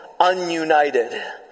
ununited